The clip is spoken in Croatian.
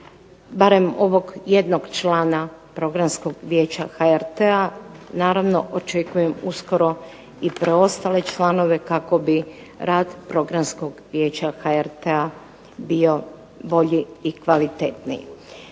barem ovog jednog člana Programskog vijeća HRT-a, naravno očekujem uskoro i preostale članove kako bi rad Programskog vijeća HRT-a bio bolji i kvalitetniji.